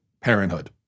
parenthood